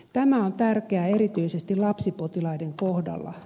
tämä on tärkeää erityisesti lapsipotilaiden kohdalla